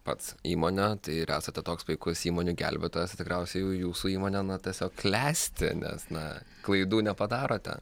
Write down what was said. pats įmonę tai ir esate toks puikus įmonių gelbėtojas tai tikriausiai jau jūsų įmonė na tiesiog klesti nes na klaidų nepadarote